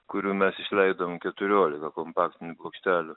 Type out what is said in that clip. kurių mes išleidom keturiolika kompaktinių plokštelių